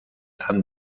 han